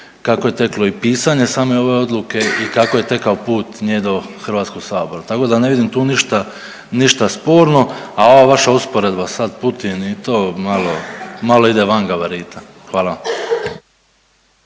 kako je teklo i pisanje same ove odluke i kako je tekao put nje do Hrvatskog sabora. Tako da ne vidim tu ništa, ništa sporno. A ova vaša usporedba sad Putin i to malo, malo ide van gabarita. Hvala